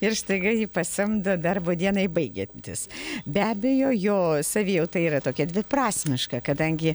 ir staiga jį pasamdo darbo dienai baigiantis be abejo jo savijauta yra tokia dviprasmiška kadangi